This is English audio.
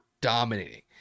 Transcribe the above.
dominating